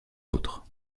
l’autre